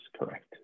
correct